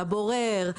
"הבורר",